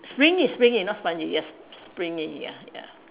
springy springy not spongy yes s~ springy ya ya